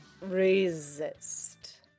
resist